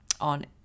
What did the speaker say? on